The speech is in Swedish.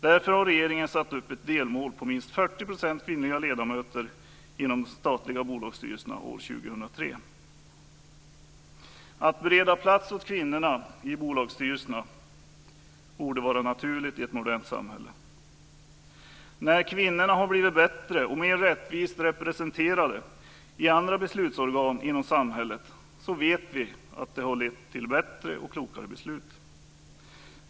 Därför har regeringen satt upp ett delmål på minst 40 % kvinnliga ledamöter inom de statliga bolagssstyrelserna år 2003. Att bereda plats åt kvinnorna i bolagsstyrelserna borde vara naturligt i ett modernt samhälle. När kvinnorna har blivit bättre och mer rättvist representerade i andra beslutsorgan i samhället har det, vet vi, blivit bättre och klokare beslut.